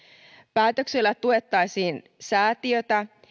päätöksellä tuettaisiin säätiötä